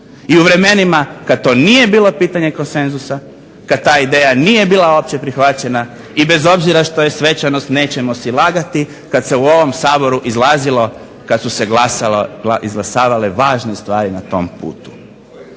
i u vremenima kada to nije bilo pitanje konsenzusa, kada ta ideja nije bila opće prihvaćena i bez obzira što je svečanost nećemo si lagati kada se u ovom Saboru izlazilo kada su se izglasavale važne stvari na tom putu.